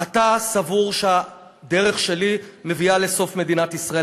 אתה סבור שהדרך שלי מביאה לסוף מדינת ישראל,